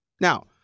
Now –